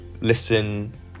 listen